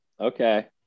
okay